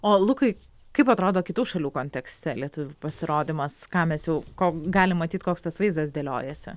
o lukai kaip atrodo kitų šalių kontekste lietuvių pasirodymas ką mes jau ko galim matyt koks tas vaizdas dėliojasi